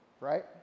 right